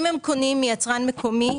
אם הם קונים מיצרן מקומי,